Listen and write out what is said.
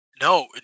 No